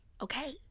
okay